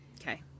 Okay